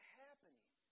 happening